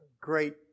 great